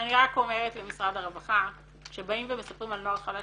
אני רק אומרת למשרד הרווחה שבאים ומספרים על נוהל חדש